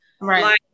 Right